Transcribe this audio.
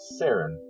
Saren